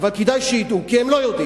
אבל כדאי שידעו, כי הם לא יודעים.